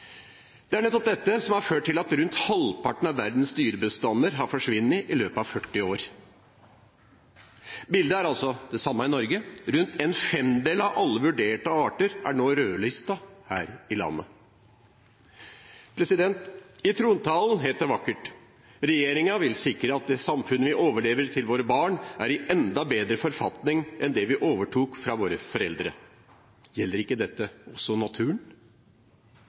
Det er nettopp dette som har ført til at rundt halvparten av verdens dyrebestander har forsvunnet i løpet av 40 år. Bildet er det samme i Norge. Rundt en femdel av alle vurderte arter er nå rødlistet her i landet. I trontalen het det vakkert: «Regjeringen vil sikre at det samfunnet vi overleverer til våre barn, er i enda bedre forfatning enn det vi overtok fra våre foreldre.» Gjelder ikke dette også naturen?